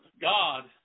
God